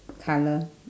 colour